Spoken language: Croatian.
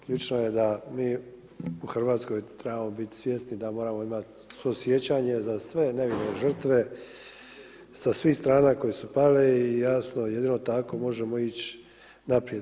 Ključno je da mi u Hrvatskoj trebamo biti svjesni da moramo imati suosjećanje za sve nevine žrtve sa svih strana koje su pale i jasno jedino tako možemo ići naprijed.